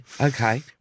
Okay